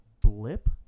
Blip